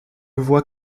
voit